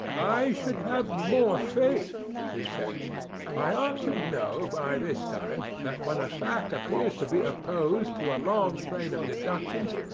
i should have more faith, he said i ought to know by this time that when a fact appears to be opposed to a long train of deductions,